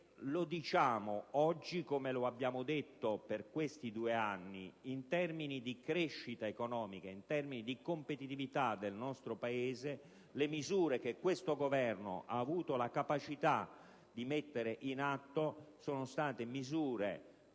Lo diciamo oggi come lo abbiamo detto in questi due anni: in termini di crescita economica e di competitività del nostro Paese, le misure che questo Governo ha avuto la capacità di mettere in atto sono state poche,